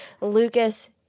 Lucas